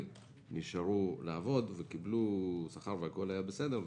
נשארו לעבוד וקיבלו שכר והכול היה בסדר,